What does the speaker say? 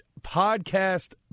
Podcast